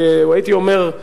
הייתי אומר,